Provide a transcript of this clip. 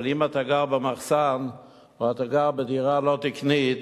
אבל אם גר במחסן, או אתה גר בדירה לא תקנית,